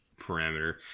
parameter